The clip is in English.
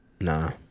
Nah